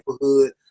neighborhood